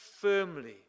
firmly